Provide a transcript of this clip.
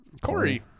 Corey